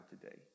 today